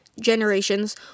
generations